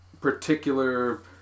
particular